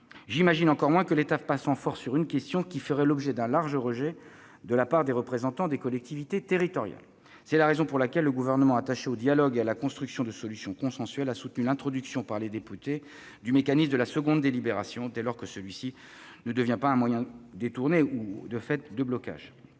imaginons encore moins que l'État passe en force sur une question qui ferait l'objet d'un large rejet de la part des représentants des collectivités territoriales. C'est la raison pour laquelle le Gouvernement, attaché au dialogue et à la construction de solutions consensuelles, a soutenu l'introduction par les députés du mécanisme de la seconde délibération, dès lors que celui-ci ne saurait être détourné pour en faire un moyen